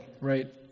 right